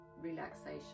relaxation